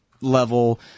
level